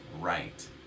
right